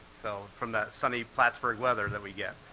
so from that sunny plattsburgh weather that we get.